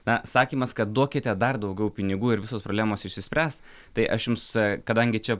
na sakymas kad duokite dar daugiau pinigų ir visos problemos išsispręs tai aš jums kadangi čia